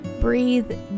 Breathe